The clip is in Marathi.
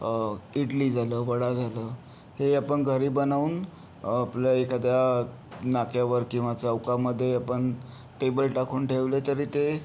इडली झालं वडा झालं हे आपण घरी बनवून आपल्या एखाद्या नाक्यावर किंवा चौकामध्ये आपण टेबल टाकून ठेवले तरी ते